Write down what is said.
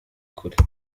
kure